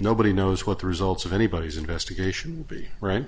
nobody knows what the results of anybody's investigation would be right